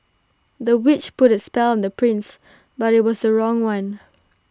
the witch put A spell on the prince but IT was the wrong one